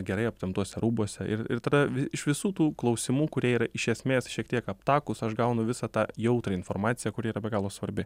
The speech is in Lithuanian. gerai aptemptuose rūbuose ir ir tada iš visų tų klausimų kurie yra iš esmės šiek tiek aptakūs aš gaunu visą tą jautrią informaciją kuri yra be galo svarbi